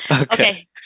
okay